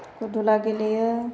फुथुला गेलेयो